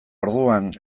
orduan